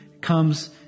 comes